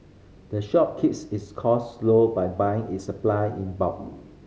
the shop keeps its cost low by buying its supply in bulk